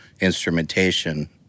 instrumentation